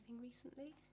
recently